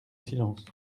silence